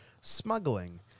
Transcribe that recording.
smuggling